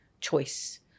choice